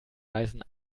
weisen